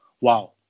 wow